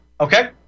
Okay